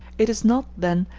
it is not, then,